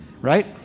right